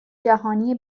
جهانی